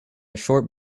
short